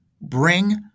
bring